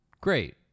great